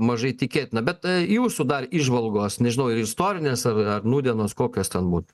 mažai tikėtina bet jūsų dar įžvalgos nežinau ar istorinės ar ar nūdienos kokios ten būtų